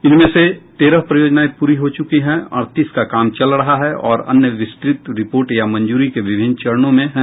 इनमें से तेरह परियोजनाएं पूरी हो चुकी हैं अड़तीस का काम चल रहा है और अन्य विस्तृत रिपोर्ट या मंजूरी के विभिन्न चरणों में है